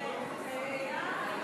חברות וחברי הכנסת,